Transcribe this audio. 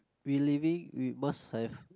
we living we must have